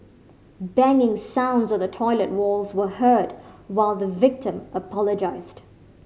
banging sounds on the toilet walls were heard while the victim apologised